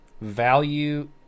value